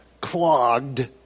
clogged